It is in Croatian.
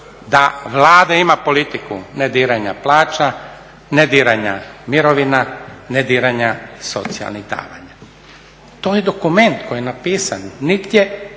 da Vlada ima politiku ne diranja plaća, ne diranja mirovina, ne diranja socijalnih davanja. To je dokument koji je napisan, nigdje